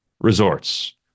resorts